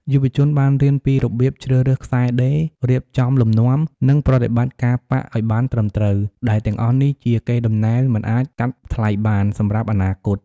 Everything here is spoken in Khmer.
យុវជនបានរៀនពីរបៀបជ្រើសរើសខ្សែដេរ រៀបចំលំនាំ និងប្រតិបត្តិការប៉ាក់ឱ្យបានត្រឹមត្រូវ ដែលទាំងអស់នេះជា កេរដំណែលមិនអាចកាត់ថ្លៃបាន សម្រាប់អនាគត។